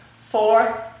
four